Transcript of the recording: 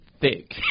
thick